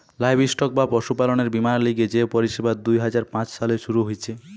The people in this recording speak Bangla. লাইভস্টক বা পশুপালনের বীমার লিগে যে পরিষেবা দুই হাজার পাঁচ সালে শুরু হিছে